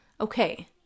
okay